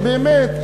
באמת,